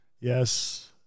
yes